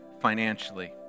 financially